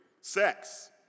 sex